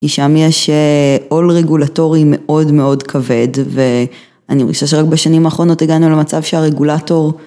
כי שם יש עול רגולטורי מאוד מאוד כבד ואני מרגישה שרק בשנים האחרונות הגענו למצב שהרגולטור